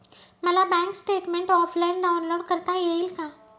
मला bank statement offline download करता येईल का?